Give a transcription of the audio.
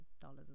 dollars